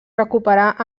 recuperar